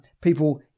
people